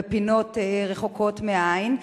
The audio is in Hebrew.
בפינות רחוקות מהעין.